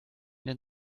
den